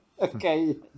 Okay